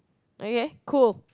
okay cool